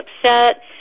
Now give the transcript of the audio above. upset